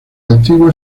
antiguo